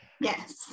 yes